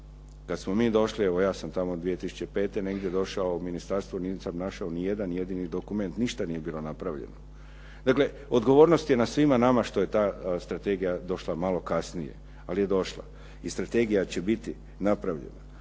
Kad smo mi došli, evo ja sam tamo 2005. negdje došao, u ministarstvu nisam našao ni jedan jedini dokument, ništa nije bilo napravljeno. Dakle, odgovornost je na svima nama što je ta strategija došla malo kasnije, ali je došla i strategija će biti napravljena.